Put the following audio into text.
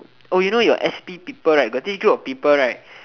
oh you know your s_p people right got this group of people right